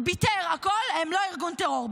ביתר, הכול, הם לא ארגון טרור.